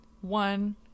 One